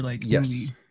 Yes